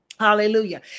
Hallelujah